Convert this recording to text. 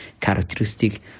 characteristic